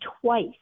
twice